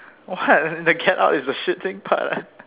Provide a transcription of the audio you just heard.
what the get out is the shitting part lah